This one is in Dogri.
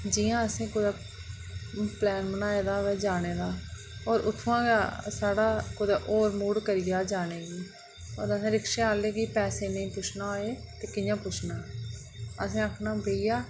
जियां असें कुते प्लैन बनाए दा होऐ जाने दा और उत्थुआं दा साढ़ा कुतै होर मूढ़ करी जा जाने गी और तुसें रिक्शे आह्ले गी पैसें लेई पुच्छना होए ते कि'यां पुच्छना असें आखना भैया